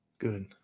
good